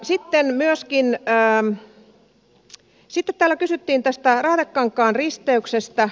sitten täällä kysyttiin tästä raatekankaan risteyksestä